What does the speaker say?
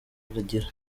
agira